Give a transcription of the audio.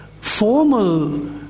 formal